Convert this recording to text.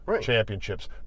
championships